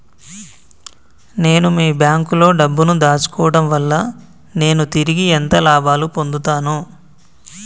నేను మీ బ్యాంకులో డబ్బు ను దాచుకోవటం వల్ల నేను తిరిగి ఎంత లాభాలు పొందుతాను?